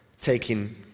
taking